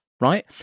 right